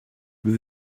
with